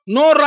no